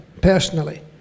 personally